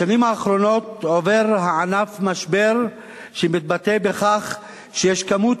בשנים האחרונות עובר הענף משבר שמתבטא בכך שכמות